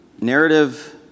narrative